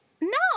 No